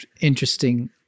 interesting